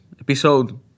episode